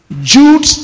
Jude